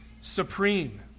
supreme